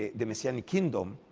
the messianic kingdom.